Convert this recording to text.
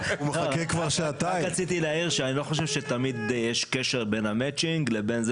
רק רציתי להעיר שאני לא חושב שתמיד יש קשר בין המצ'ינג לבין זה